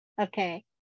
Okay